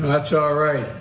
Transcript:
that's all right.